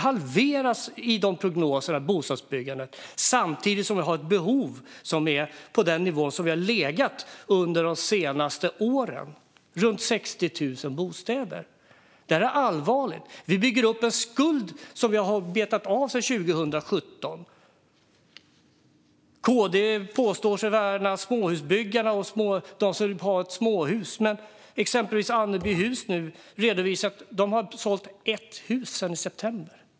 Bostadsbyggandet halveras samtidigt som behovet ligger på samma nivå som byggandet de senaste åren, runt 60 000 bostäder. Det är allvarligt. Vi ökar på den skuld vi har betat av sedan 2017. KD påstår sig värna småhusbyggare, men Anebyhus redovisar att man har sålt ett hus sedan september.